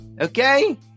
Okay